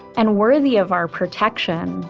and worthy of our protection